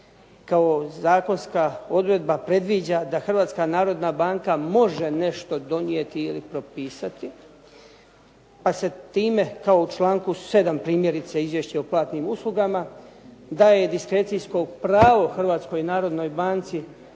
kao zakonska odredba predviđa da Hrvatska narodna banka može nešto donijeti ili propisati, pa se time kao u članku 7. primjerice Izvješće o platnim uslugama daje diskrecijsko pravo Hrvatskoj narodnoj banci